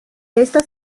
estas